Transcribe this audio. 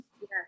Yes